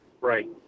Right